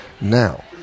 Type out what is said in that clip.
Now